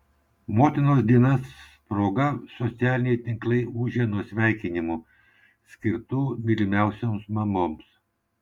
motinos dienos proga socialiniai tinklai ūžė nuo sveikinimų skirtų mylimiausioms mamoms